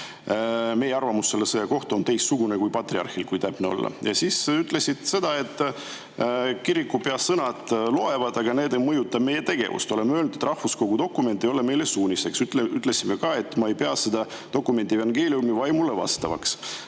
"Meie arvamus selle sõja kohta on teistsugune kui patriarhil," ütles ta, kui täpne olla. Ta ütles seda, et kirikupea sõnad loevad. "Aga need ei mõjuta meie tegevust. Oleme öelnud, et rahvuskogu dokument ei ole meile suuniseks. Ütlesime ka, et me ei pea seda dokumenti evangeeliumi vaimule vastavaks."